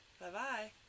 Bye-bye